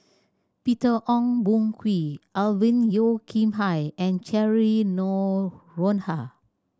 Peter Ong Boon Kwee Alvin Yeo Khirn Hai and Cheryl Noronha